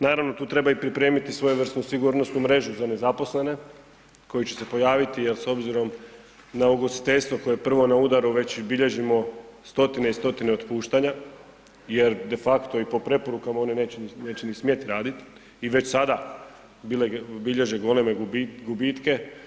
Naravno tu treba pripremiti svojevrsnu sigurnosnu mrežu za nezaposlene koji će se pojaviti jel s obzirom na ugostiteljstvo koje je prvo na udaru, već bilježimo stotine i stotine otpuštanja jer de facto i po preporukama oni neće ni smjet raditi i već sada bilježe goleme gubitke.